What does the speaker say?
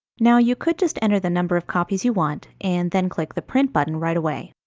now, you could just enter the number of copies you want, and then click the print button right away.